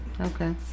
Okay